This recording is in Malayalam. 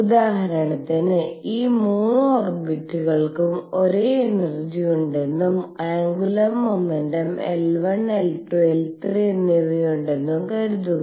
ഉദാഹരണത്തിന് ഈ 3 ഓർബിറ്റുകൾക്കും ഒരേ എനർജിമുണ്ടെന്നും ആന്ഗുലർ മോമെന്റും L1 L2 L3 എന്നിവയുണ്ടെന്നും കരുതുക